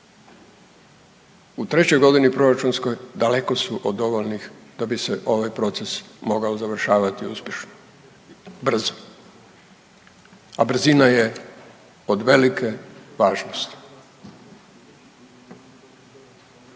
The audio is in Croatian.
u trećoj godini proračunskoj daleko su od dovoljnih da bi se ovaj proces mogao završavati uspješno, brzo. A brzina je od velike važnosti.